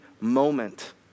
moment